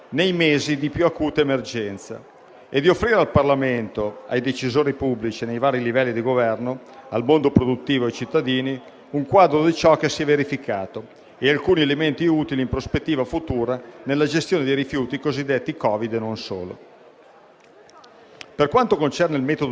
riguardo ai contenuti della relazione, dopo un inquadramento del contesto normativo generale dell'emergenza, il documento si concentra naturalmente sugli interventi in materia di rifiuti, un aspetto sul quale, al di là degli elementi di merito riportati in modo puntuale nella relazione, mi pare utile evidenziare in un'ottica propositiva